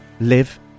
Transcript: live